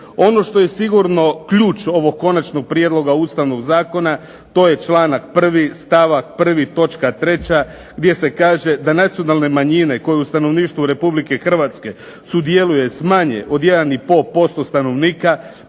Ono što je sigurno ključ ovog Konačnog prijedloga ustavnog zakona to je članak 1. stavak 1. točka 3. gdje se kaže da nacionalne manjine koje u stanovništvu Republike Hrvatske sudjeluje s manje od 1,5% stanovnika